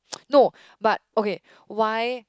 no but okay why